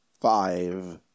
Five